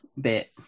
bit